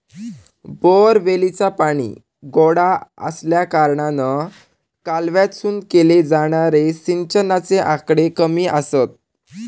बोअरवेलीचा पाणी गोडा आसल्याकारणान कालव्यातसून केले जाणारे सिंचनाचे आकडे कमी आसत